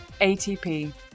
ATP